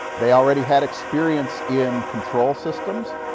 they already had experience in control systems.